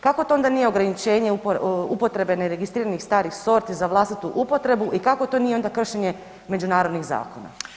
Kako to onda nije ograničenje upotrebe neregistriranih starih sorti za vlastitu upotrebu i kako to onda nije kršenje međunarodnog zakona?